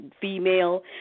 female